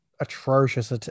atrocious